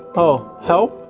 oh, help?